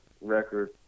record –